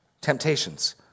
temptations